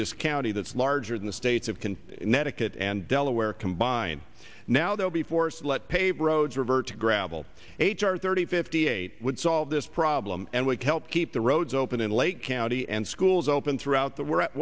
this county that's larger than the state of can netiquette and delaware combine now they'll be forced to let pave roads revert to gravel h r thirty fifty eight would solve this problem and would help keep the roads open in lake county and schools open throughout the we're at